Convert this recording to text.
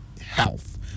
health